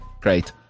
great